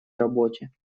работе